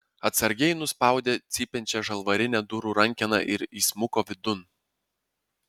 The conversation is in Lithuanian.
atsargiai nuspaudė cypiančią žalvarinę durų rankeną ir įsmuko vidun